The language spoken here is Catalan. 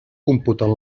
computen